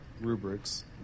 rubrics